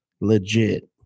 legit